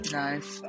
nice